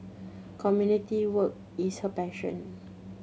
community work is her passion